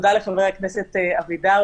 תודה לחבר הכנסת אבידר,